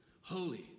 holy